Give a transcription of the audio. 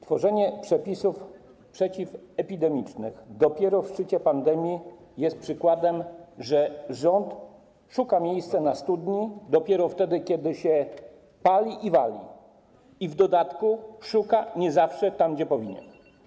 Tworzenie przepisów przeciwepidemicznych dopiero w szczycie pandemii jest przykładem, że rząd szuka miejsca na studnie, dopiero wtedy, kiedy się pali i wali, i w dodatku szuka nie zawsze tam, gdzie powinien.